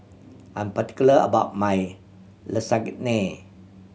I'm particular about my Lasagne